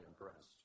impressed